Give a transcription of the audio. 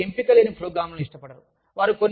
వారు ఎక్కువ ఎంపిక లేని ప్రోగ్రామ్లను ఇష్టపడరు